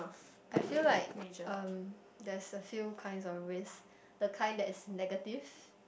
I feel like um there's a few kinds of risk the kind that is negative